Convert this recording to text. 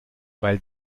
weil